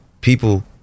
people